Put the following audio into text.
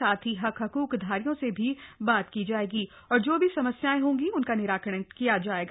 साथ ही हक हक्क धारियों से भी बात की जाएगी और जो भी समस्याएं होंगी उनका निराकरण किया जाएगा